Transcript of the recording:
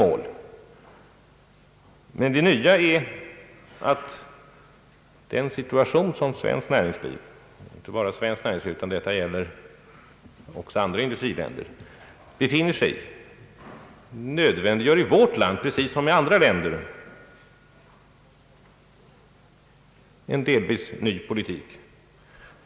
Men det nya är att den situation som svenskt näringsliv — inte bara svenskt näringsliv utan detta gäller också andra industriländer — befinner sig i nödvändiggör, i vårt land precis som i andra länder, en delvis ny politik.